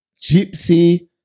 Gypsy